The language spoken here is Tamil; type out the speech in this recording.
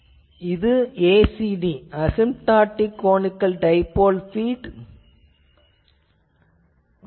முடிவில் இது ACD அசிம்டாட்டிக் கொனிக்கள் டைபோல் பீட் ஆகும்